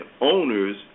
owners